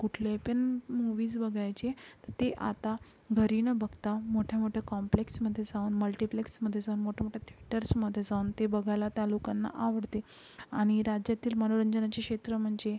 कुठले पण मूवीज बघायचे तर ते आता घरी न बघता मोठ्या मोठ्या कॉम्प्लेक्समध्ये जाऊन मल्टिप्लेक्समध्ये जाऊन मोठमोठ्या थेटर्समध्ये जाऊन ते बघायला त्या लोकांना आवडते आणि राज्यातील मनोरंजनाचे क्षेत्र म्हणजे